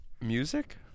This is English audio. Music